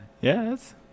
Yes